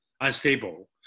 unstable